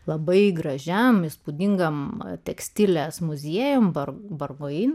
labai gražiam įspūdingam tekstiles muziejum